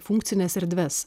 funkcines erdves